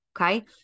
Okay